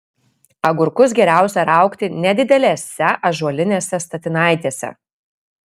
agurkus geriausia raugti nedidelėse ąžuolinėse statinaitėse